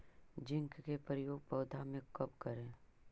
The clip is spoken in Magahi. जिंक के प्रयोग पौधा मे कब करे?